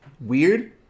weird